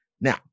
Now